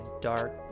dark